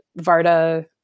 Varda